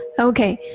ok,